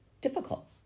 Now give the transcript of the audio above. difficult